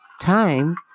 Time